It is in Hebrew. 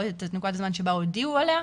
לא את נקודת הזמן שבה הודיעו עליה,